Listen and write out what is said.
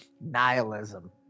nihilism